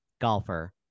golfer